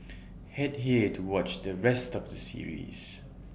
Head here to watch the rest of the series